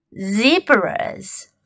zebras